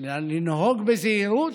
לנהוג בזהירות,